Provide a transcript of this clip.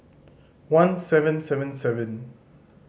one seven seven seven